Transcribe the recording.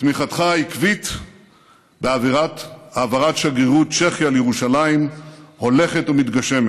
תמיכתך העקבית בהעברת שגרירות צ'כיה לירושלים הולכת ומתגשמת.